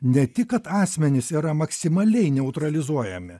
ne tik kad asmenys yra maksimaliai neutralizuojami